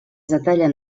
detallen